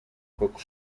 koko